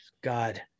God